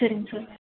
சரிங்க சார்